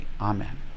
Amen